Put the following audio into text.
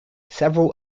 several